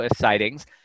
sightings